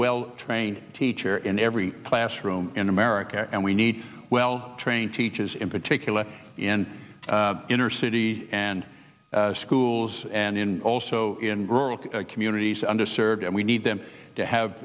well trained teacher in every classroom in america and we need well trained teachers in particular in inner city and schools and in also in rural communities under served and we need them to have